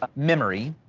ah memory,